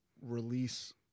release